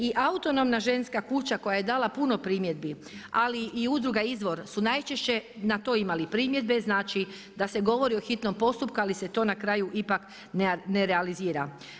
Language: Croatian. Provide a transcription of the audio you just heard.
I Autonomna ženska kuća koja je dala puno primjedbi ali i Udruga Izvor su najčešće na to imali primjedbe, znači da se govori o hitnom postupku ali se to na kraju ipak ne realizira.